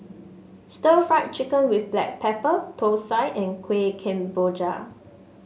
Stir Fried Chicken with Black Pepper thosai and Kuih Kemboja